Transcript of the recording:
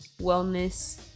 wellness